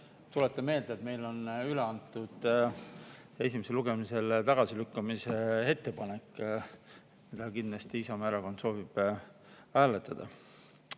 tuletan meelde, et meil on üle antud eelnõu esimesel lugemisel tagasilükkamise ettepanek, mida kindlasti Isamaa Erakond soovib hääletada.